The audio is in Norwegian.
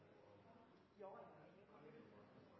Ja, jeg